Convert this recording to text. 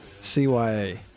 CYA